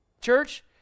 Church